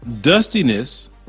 dustiness